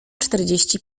czterdzieści